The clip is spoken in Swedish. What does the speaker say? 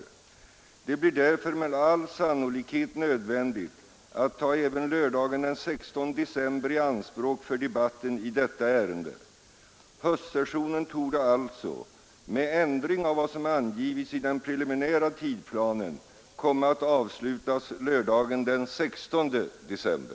Det blir därför med all sannolikhet nödvändigt att ta även lördagen den 16 december i anspråk för debatten i detta ärende. Höstsessionen torde alltså — med ändring av vad som angivits i den preliminära tidplanen — komma att avslutas lördagen den 16 december.